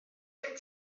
gen